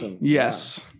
Yes